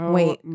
Wait